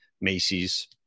Macy's